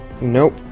Nope